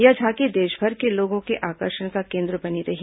यह झांकी देशभर के लोगों के आकर्षण का केन्द्र बनी रही